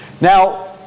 Now